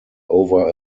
over